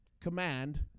command